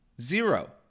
Zero